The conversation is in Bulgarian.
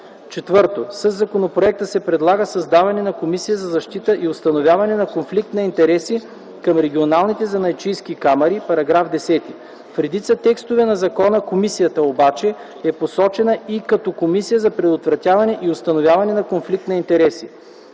4. Със законопроекта се предлага създаване на Комисия за защита и установяване на конфликт на интереси към регионалните занаятчийски камари (§ 10). В редица текстове на закона комисията, обаче, е посочена и като „Комисия за предотвратяване и установяване на конфликт на интереси”.